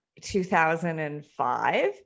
2005